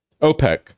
OPEC